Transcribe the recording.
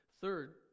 Third